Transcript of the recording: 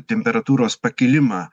temperatūros pakilimą